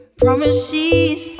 promises